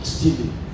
Stealing